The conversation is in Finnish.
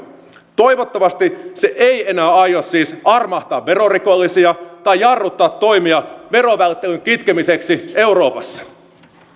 toivottavasti se ei enää aio siis armahtaa verorikollisia tai jarruttaa toimia verovälttelyn kitkemiseksi euroopassa